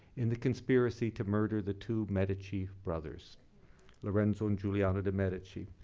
in the conspiracy to murder the two medici brothers lorenzo and giuliano de' medici.